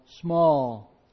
small